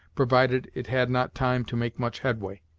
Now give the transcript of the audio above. provided it had not time to make much headway.